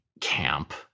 camp